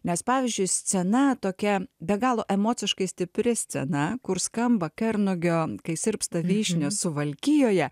nes pavyzdžiui scena tokia be galo emociškai stipri scena kur skamba kernagio kai sirpsta vyšnios suvalkijoje